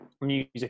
music